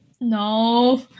No